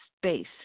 space